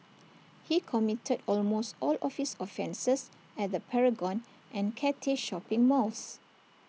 he committed almost all of his offences at the Paragon and Cathay shopping malls